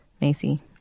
Macy